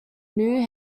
new